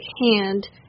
hand